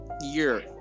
year